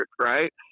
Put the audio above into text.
Right